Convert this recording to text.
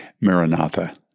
Maranatha